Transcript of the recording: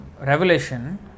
revelation